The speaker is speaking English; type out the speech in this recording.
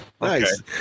nice